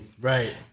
Right